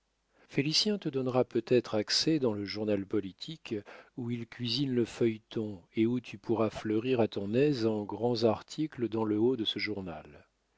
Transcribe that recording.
félicien te donnera peut-être accès dans le journal politique où il cuisine le feuilleton et où tu pourras fleurir à ton aise en grands articles dans le haut de ce journal